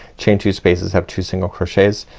chain two spaces have two single crochets.